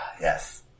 Yes